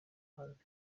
hanze